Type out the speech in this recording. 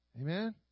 amen